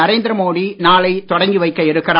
நரேந்திர மோடி நாளை தொடங்கி வைக்க இருக்கிறார்